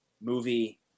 movie